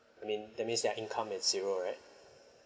I mean that means their income is zero right